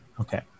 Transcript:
Okay